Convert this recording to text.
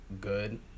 good